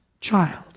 child